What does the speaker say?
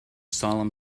solemn